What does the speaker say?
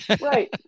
Right